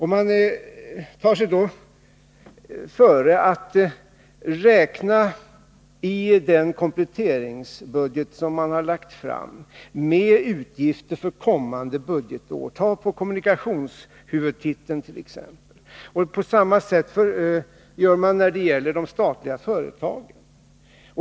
Han tar sig före att i den kompletteringsbudget som man har lagt fram räkna med utgifter för kommande budgetår — ta kommunikationshuvudtiteln t.ex. På samma sätt gör man när det gäller de statliga företagen.